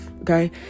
okay